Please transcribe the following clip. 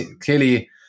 clearly